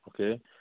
okay